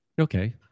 Okay